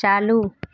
चालू